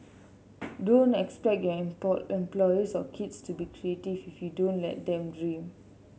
don't expect your employees or kids to be creative if you don't let them dream